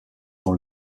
dans